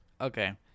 Okay